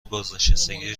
بازنشستگی